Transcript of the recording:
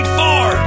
four